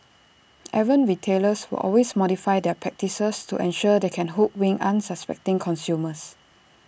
errant retailers will always modify their practices to ensure they can hoodwink unsuspecting consumers